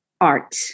art